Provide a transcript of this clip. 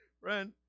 Friend